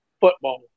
football